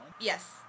Yes